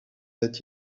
that